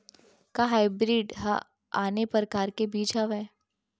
का हाइब्रिड हा आने परकार के बीज आवय?